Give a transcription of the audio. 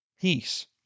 Peace